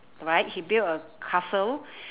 right he build a castle